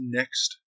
next